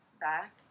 back